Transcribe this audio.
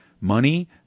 money